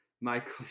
Michael